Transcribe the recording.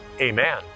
amen